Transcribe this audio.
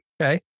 Okay